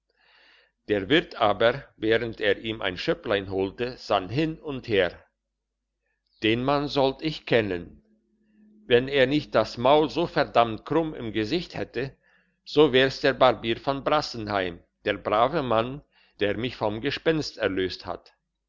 der wirt aber während er ihm ein schöpplein holte sann hin und her den mann sollt ich kennen wenn er nicht das maul so verdammt krumm im gesicht hätte so wär's der barbier von brassenheim der brave mann der mich vom gespenst erlöst hat